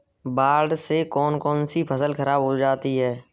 बाढ़ से कौन कौन सी फसल खराब हो जाती है?